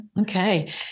Okay